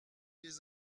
les